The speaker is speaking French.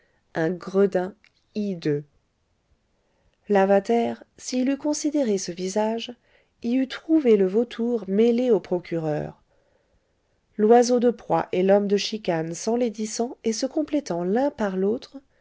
un gredin hideux lavater s'il eût considéré ce visage y eût trouvé le vautour mêlé au procureur l'oiseau de proie et l'homme de chicane s'enlaidissant et se complétant l'un par l'autre